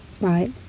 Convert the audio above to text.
right